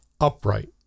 upright